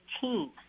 team